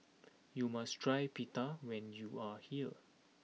you must try pita when you are here